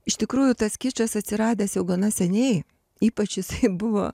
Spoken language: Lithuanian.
iš tikrųjų tas kičas atsiradęs jau gana seniai ypač jis buvo